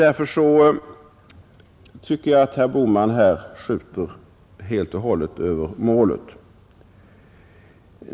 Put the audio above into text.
Därför tycker jag att herr Bohman här skjuter helt och hållet över målet.